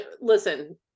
Listen